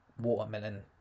watermelon